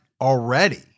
already